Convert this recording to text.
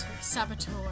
saboteur